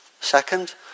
second